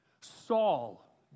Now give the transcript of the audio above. Saul